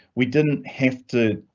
we didn't have to.